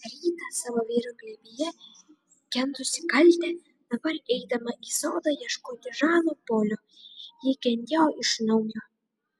rytą savo vyro glėbyje kentusi kaltę dabar eidama į sodą ieškoti žano polio ji kentėjo iš naujo